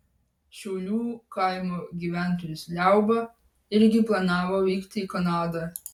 šiulių kaimo gyventojas liauba irgi planavo vykti į kanadą